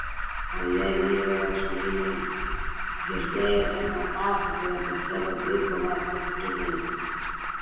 o jie vyrai ąžuoliniai girdėjote ką pasakojo apie savo dvikovą su frizais